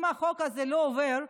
אם החוק הזה לא עובר,